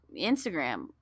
Instagram